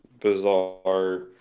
bizarre